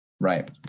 Right